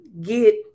get